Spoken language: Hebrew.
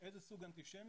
איזה סוג אנטישמיות,